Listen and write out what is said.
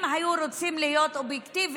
אם היו רוצים להיות אובייקטיביים,